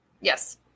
Yes